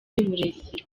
y’uburezi